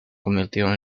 convirtieron